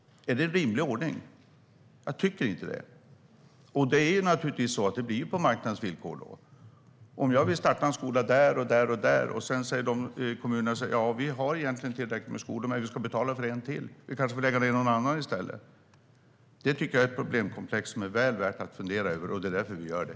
Är det en rimlig ordning? Jag tycker inte det. Då blir det naturligtvis på marknadens villkor. Låt oss säga att jag vill starta en skola där, där och där! Sedan säger kommunen: Ja, vi har egentligen tillräckligt med skolor, men vi ska betala för en till. Vi kanske får lägga ned någon annan i stället. Det tycker jag är ett problemkomplex som det är väl värt att fundera över. Det är därför vi gör det.